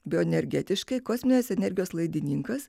bioenergetiškai kosminės energijos laidininkas